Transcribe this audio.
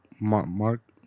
Mark